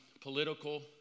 political